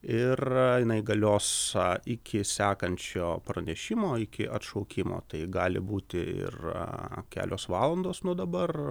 ir jinai galios iki sekančio pranešimo iki atšaukimo tai gali būti ir kelios valandos nuo dabar